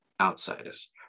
outsiders